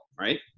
right